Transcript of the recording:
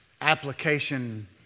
application